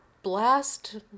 blast